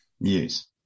Yes